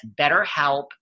BetterHelp